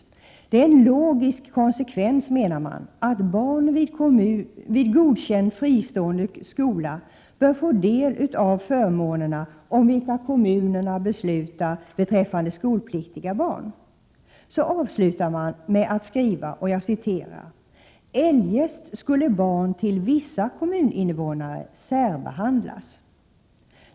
Det är en logisk konsekvens, menar man, att barn vid godkänd fristående skola bör få del av förmånerna om vilka kommunen beslutar beträffande skolpliktiga barn. Så avslutar man med att skriva: ”Eljest skulle barn till vissa kommuninvånare särbehandlas”.